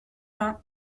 vingt